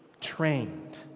trained